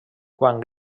quan